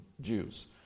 Jews